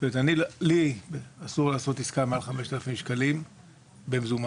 לי אסור לעשות עסקה מעל 5,000 שקלים במזומן.